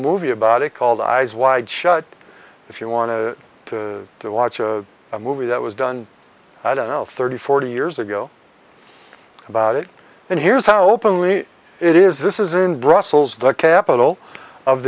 movie about it called eyes wide shut if you want to to watch a movie that was done i don't know thirty forty years ago about it and here's how openly it is this is in brussels the capital of